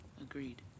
agreed